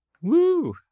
Woo